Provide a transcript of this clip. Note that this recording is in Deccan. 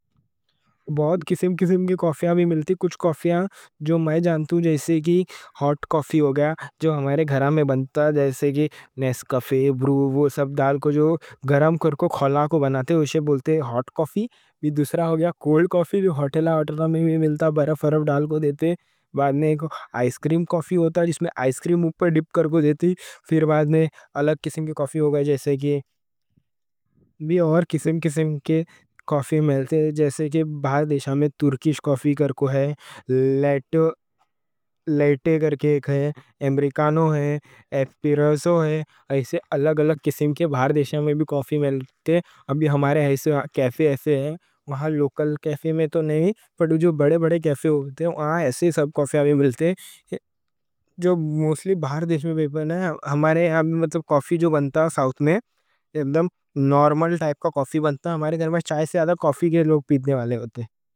کچھ کافیاں جو میں جانتا ہوں، جیسے ہاٹ کافی وہ ہمارے گھر میں بنتا، جیسے کہ نیس کافی برو وہ سب ڈال کو، جو گرم کر کو کھولا کو بناتے، اسے بولتے ہاٹ کافی بھی، دوسرا ہو گیا کول کافی بھی ہوٹلوں میں بھی ملتا، برف برف ڈال کو دیتے پھر بعد آئس کریم کافی ہوتا، جس میں آئس کریم اوپر ڈِپ کر کو دیتے پھر بعد الگ قسم کے کافی ہو گئے جیسے کہ باہر دیشاں میں ترکیش کافی، لاٹے، ایمریکانو، ایسپریسو ایسے الگ الگ قسم کے کافی باہر دیشاں میں بھی ملتے ابھی ہمارے ایسے کیفے ایسے ہیں، وہاں لوکل کیفے میں تو نہیں پڑو، جو بڑے بڑے کیفے ہوتے ہیں، سب کافی آئے ملتے ہمارے ہاں بھی مطلب کافی جو بنتا، ساؤتھ میں ایبدَم نارمل ٹائپ کا کافی بنتا ہمارے گھر میں چائے سے زیادہ کافی کے لوگ پیتنے والے ہوتے ہیں